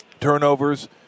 Turnovers